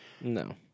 no